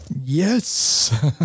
Yes